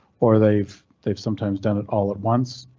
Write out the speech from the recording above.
or they've they've sometimes done it all at once,